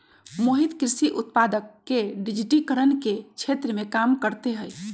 मोहित कृषि उत्पादक के डिजिटिकरण के क्षेत्र में काम करते हई